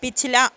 پچھلا